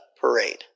parade